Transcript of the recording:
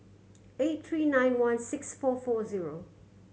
eight three nine one six four four zero